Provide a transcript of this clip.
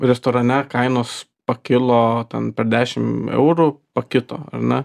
restorane kainos pakilo ten per dešim eurų pakito ar ne